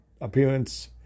appearance